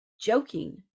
joking